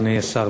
אדוני השר,